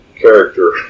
character